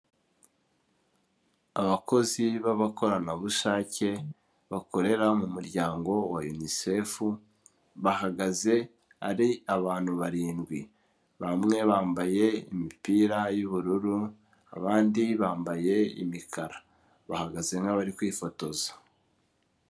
Abakozi b'abakoranabushake bakorera mu muryango wa Unicefu, bahagaze ari abantu barindwi. Bamwe bambaye imipira y'ubururu, abandi bambaye imikara. Bahagaze nk'abari kwifotoza.